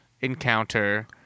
encounter